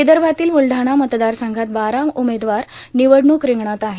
विदर्भातील बुलढाणा मतदारसंघात बारा उमेदवार निवडणूक रिंगणात आहेत